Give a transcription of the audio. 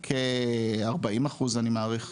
כ-40 אחוז, אני מעריך.